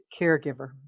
caregiver